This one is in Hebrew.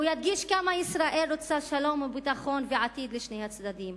הוא ידגיש כמה ישראל רוצה שלום וביטחון ועתיד לשני הצדדים,